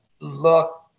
look